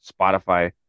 spotify